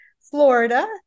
Florida